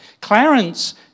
Clarence